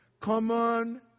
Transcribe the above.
Common